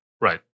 Right